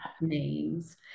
names